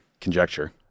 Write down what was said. conjecture